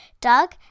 Doug